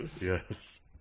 yes